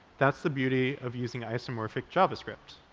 that's the beauty of using isomorphic javascript.